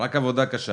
רק עבודה קשה